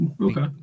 okay